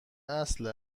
اصل